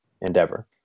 endeavor